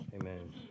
Amen